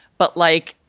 but like,